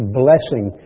blessing